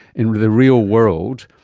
in the real world,